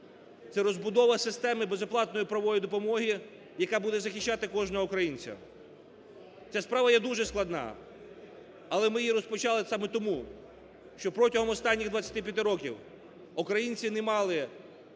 це розбудова системи безоплатної правової допомоги, яка буде захищати кожного українця. Ця справа є дуже складна, але ми її розпочали саме тому, що протягом останніх 25 років українці не мали